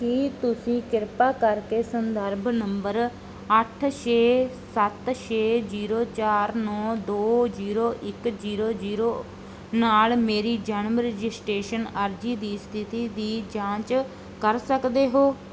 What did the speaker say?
ਕੀ ਤੁਸੀਂ ਕਿਰਪਾ ਕਰਕੇ ਸੰਦਰਭ ਨੰਬਰ ਅੱਠ ਛੇ ਸੱਤ ਛੇ ਜ਼ੀਰੋ ਚਾਰ ਨੌ ਦੋ ਜ਼ੀਰੋ ਇੱਕ ਜ਼ੀਰੋ ਜ਼ੀਰੋ ਨਾਲ ਮੇਰੀ ਜਨਮ ਰਜਿਸਟ੍ਰੇਸ਼ਨ ਅਰਜ਼ੀ ਦੀ ਸਥਿਤੀ ਦੀ ਜਾਂਚ ਕਰ ਸਕਦੇ ਹੋ